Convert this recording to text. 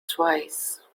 twice